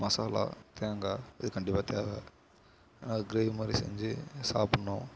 மசாலா தேங்காய் இது கண்டிப்பாக தேவை அது கிரேவி மாதிரி செஞ்சு சாப்பிட்ணும்